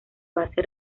base